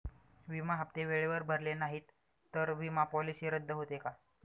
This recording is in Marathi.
विमा हप्ते वेळेवर भरले नाहीत, तर विमा पॉलिसी रद्द होते का?